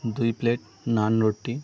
ଦୁଇ ପ୍ଲେଟ୍ ନାନ୍ ରୋଟି